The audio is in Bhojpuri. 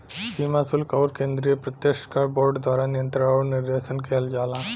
सीमा शुल्क आउर केंद्रीय प्रत्यक्ष कर बोर्ड द्वारा नियंत्रण आउर निर्देशन किहल जाला